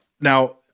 Now –